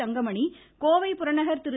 தங்கமணி கோவை புறநகர் திரு